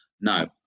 No